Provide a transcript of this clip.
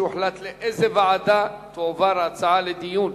שבה יוחלט לאיזו ועדה תועברנה ההצעות לדיון.